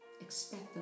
Expect